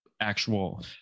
actual